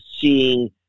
seeing